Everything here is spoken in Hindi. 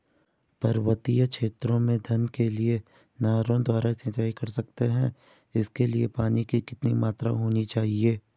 पर्वतीय क्षेत्रों में धान के लिए नहरों द्वारा सिंचाई कर सकते हैं इसके लिए पानी की कितनी मात्रा होनी चाहिए?